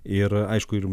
ir aišku ir